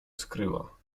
skryła